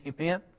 Amen